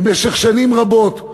במשך שנים רבות,